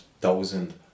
thousand